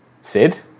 Sid